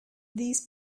these